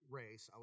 race